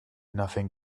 nothing